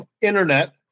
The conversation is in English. internet